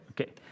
Okay